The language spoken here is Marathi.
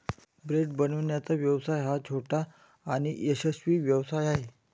ब्रेड बनवण्याचा व्यवसाय हा छोटा आणि यशस्वी व्यवसाय आहे